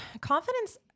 Confidence